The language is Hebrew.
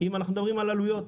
אם אנחנו מדברים על עלויות,